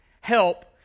help